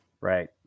right